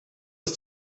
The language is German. aus